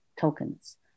tokens